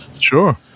Sure